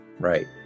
right